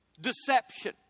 deception